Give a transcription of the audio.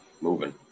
moving